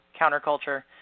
counterculture